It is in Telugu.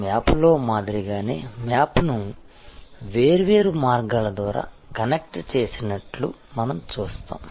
మ్యాప్లో మాదిరిగానే మ్యాప్ను వేర్వేరు మార్గాల ద్వారా కనెక్ట్ చేసినట్లు మనం చూస్తాము